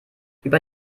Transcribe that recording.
über